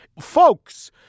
Folks